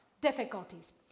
difficulties